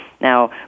Now